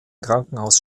krankenhauses